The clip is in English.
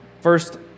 first